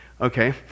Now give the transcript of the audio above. okay